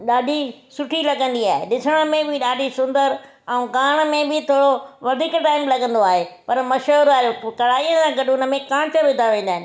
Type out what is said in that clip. ॾाढी सुठी लॻंदी आहे ॾिसण में बि ॾाढी सुंदर ऐं करण में बि थोरो वधीक टाइम लॻंदो आहे पर मशहूरु आहे पुताराई खां गॾु उन में कांच विधा वेंदा आहिनि